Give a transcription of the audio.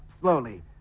slowly